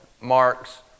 marks